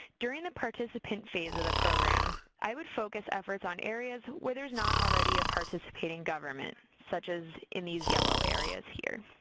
during the participant phase of the program, i would focus efforts on areas where there is not already a participating government, such as in these yellow areas here.